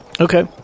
Okay